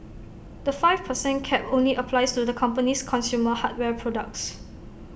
the five per cent cap only applies to the company's consumer hardware products